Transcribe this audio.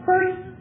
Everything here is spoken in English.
first